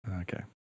okay